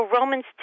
Romans